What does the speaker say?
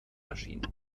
erschienen